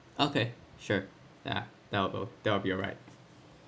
okay sure yeah that will do that will be alright